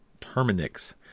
Terminix